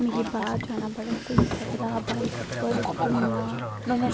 मिगी बाहर जाना बड़ा स्हेई लगदा बाइक घुम्मना